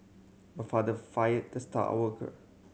my father fired the star worker